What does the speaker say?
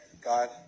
God